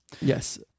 Yes